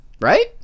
Right